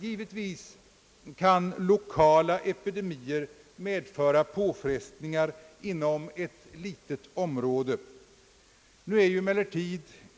Givetvis kan lokala epidemier medföra påfrestningar inom ett litet område.